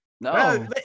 No